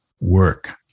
work